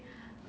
um